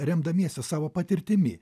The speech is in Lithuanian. remdamiesi savo patirtimi